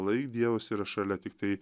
lai dievas yra šalia tiktai